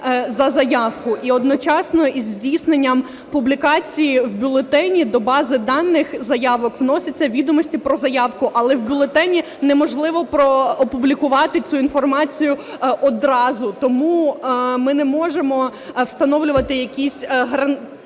за заявку і одночасно із здійсненням публікації в бюлетені до бази даних заявок вносяться відомості про заявку. Але в бюлетені неможливо опублікувати цю інформацію одразу, тому ми не можемо встановлювати якісь часові